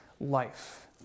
life